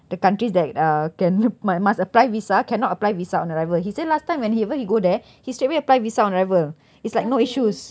the countries that uh can my must apply visa cannot apply visa on arrival he say last time when he when he go there he straightaway apply visa on arrival it's like no issues